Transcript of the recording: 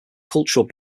cultural